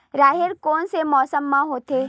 राहेर कोन से मौसम म होथे?